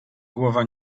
głowa